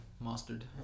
mustard